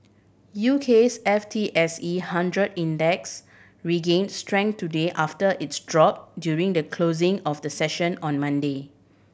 UK's F T S E hundred Index regain strength today after its drop during the closing of the session on Monday